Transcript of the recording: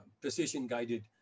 precision-guided